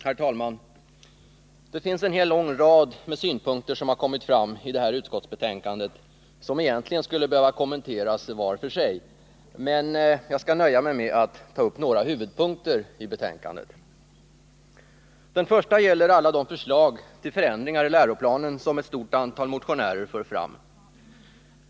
Herr talman! Det finns en lång rad synpunkter som har kommit fram i det här utskottsbetänkandet och som egentligen skulle behöva kommenteras var för sig, men jag skall nöja mig med att ta upp några huvudpunkter i betänkandet. Den första gäller alla de förslag till förändringar i läroplanen som ett stort antal motionärer för fram.